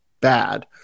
bad